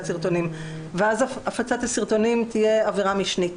סרטונים ואז הפצת הסרטונים תהיה עבירה משנית.